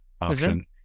option